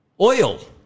oil